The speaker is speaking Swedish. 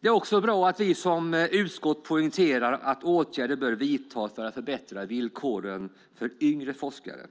Det är också bra att vi som utskott poängterar att åtgärder bör vidtas för att förbättra villkoren för yngre forskare